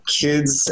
kids